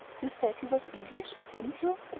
you said he was english, didn't you?